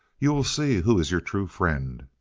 you will see who is your true friend.